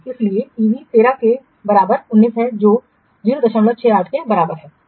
इसलिए ईवी 13 के बराबर 19 है जो 068 के बराबर है